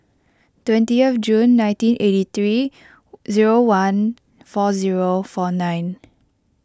twentieth June nineteen eighty three zero one four zero four nine